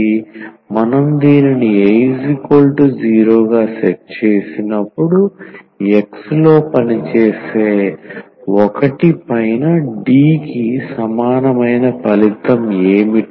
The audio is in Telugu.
మనం దీనిని a0 గా సెట్ చేసినప్పుడు X లో పనిచేసే 1 పైన D కి సమానమైన ఫలితం ఏమిటి